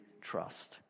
trust